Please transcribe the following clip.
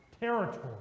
territory